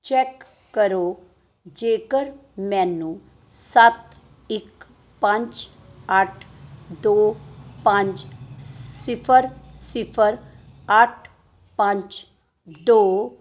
check ਕਰੋ ਜੇਕਰ ਮੈਨੂੰ ਸੱਤ ਇੱਕ ਪੰਜ ਅੱਠ ਦੋ ਪੰਜ ਸਿਫਰ ਸਿਫਰ ਅੱਠ ਪੰਜ ਦੋ